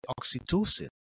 oxytocin